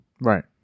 Right